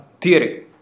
theory